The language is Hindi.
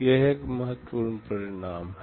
यह एक महत्वपूर्ण परिणाम है